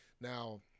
Now